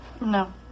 No